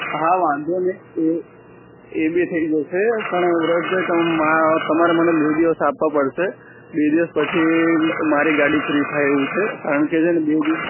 હા વાંધો નહીં એ એ બી થઈ જશે પણ વ્રજભાઈ તમે તમારે મને બે દિવસ આપવા પડશે બે દિવસ પછી મારી ગાડી ફ્રી થાય એવું છે કારણ કે છે ને બે દિવસ